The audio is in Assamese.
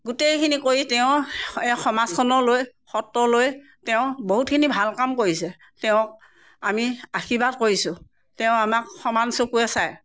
গোটেইখিনি কৰি তেওঁ এই সমাজখনক লৈ সত্ৰলৈ তেওঁ বহুতখিনি ভাল কাম কৰিছে তেওঁক আমি আশীৰ্বাদ কৰিছোঁ তেওঁ আমাক সমান চকুৰে চায়